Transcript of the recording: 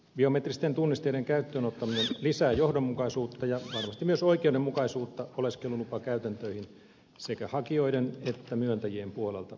biometristen tunnisteiden käyttöön ottaminen lisää johdonmukaisuutta ja varmasti myös oikeudenmukaisuutta oleskelulupakäytäntöihin sekä hakijoiden että myöntäjien puolelta